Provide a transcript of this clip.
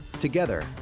Together